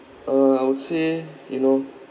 uh I would say you know